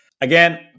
Again